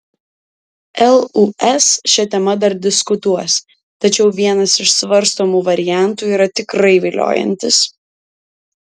lūs šia tema dar diskutuos tačiau vienas iš svarstomų variantų yra tikrai viliojantis